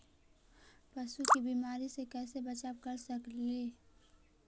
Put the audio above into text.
पशु के बीमारी से कैसे बचाब कर सेकेली?